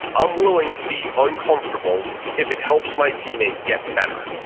i'm willing to be uncomfortable if it helps my teammate get better.